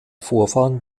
vorfahren